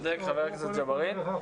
אני